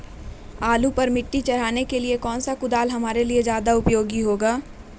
आलू पर मिट्टी चढ़ाने के लिए कौन सा कुदाल हमारे लिए ज्यादा उपयोगी होगा?